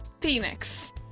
Phoenix